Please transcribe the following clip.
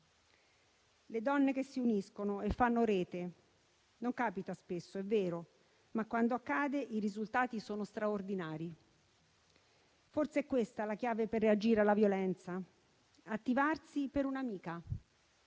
Le donne che si uniscono e fanno rete. Non capita spesso, è vero; ma, quando accade, i risultati sono straordinari. Forse è questa la chiave per reagire alla violenza: attivarsi per un'amica,